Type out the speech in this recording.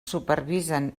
supervisen